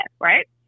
Right